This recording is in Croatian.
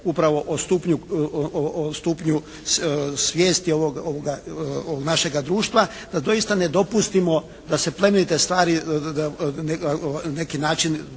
upravo o stupnju svijesti ovoga našega društva da doista ne dopustimo da se plemenite stvari na neki način pretvore